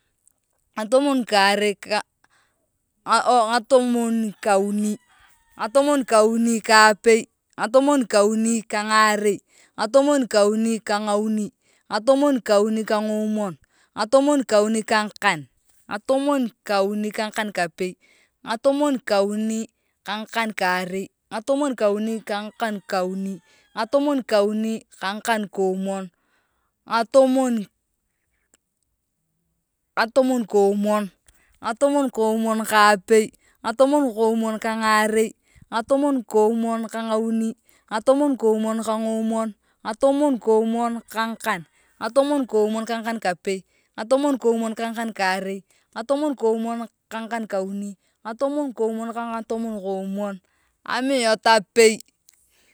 Ngatomon kaerei kaa ooo ngatomon kawauni ngatomon kauni kaapei ngatomon kawauni kangarei ngatomon kauni ka ngauni ngatomon kauni kaangomon ngatomon ka ngatomon kauni ka ngakankapei ngatomon kauni ka ngakan karei ngatomon kauni ka ngakan kauni ngatomon kauni kangakaukomon ngatomon koounon kangauni ngatomon komon ngoomon ngatomon koomon ka ngakau ngatomoon koomon ka ngakau kapei ngatomon koomon ka ngakankarei ngatomon koomon ka nyakan kauni ngatomomonkookon ka ngaukaukoomon amiot apei.